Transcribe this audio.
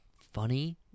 funny